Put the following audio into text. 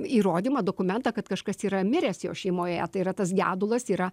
įrodymą dokumentą kad kažkas yra miręs jos šeimoje tai yra tas gedulas yra